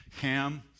Ham